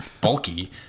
bulky